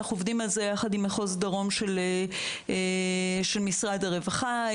אנחנו עובדים על זה יחד עם מחוז דרום של משרד הרווחה.